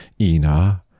Ina